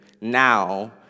now